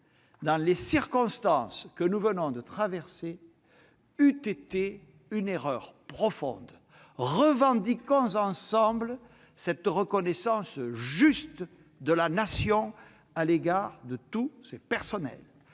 dans les circonstances que nous venons de traverser eut été une erreur profonde. Revendiquons ensemble cette reconnaissance juste de la Nation à l'égard de tous ces personnels.